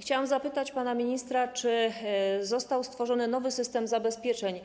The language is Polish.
Chciałam zapytać pana ministra, czy został stworzony nowy system zabezpieczeń,